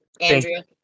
Andrea